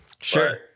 Sure